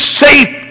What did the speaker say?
safe